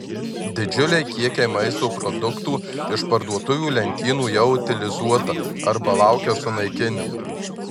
didžiuliai kiekiai maisto produktų iš parduotuvių lentynų jau utilizuota arba laukia sunaikinimo